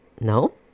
No